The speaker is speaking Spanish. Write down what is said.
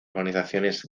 organizaciones